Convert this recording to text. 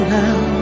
now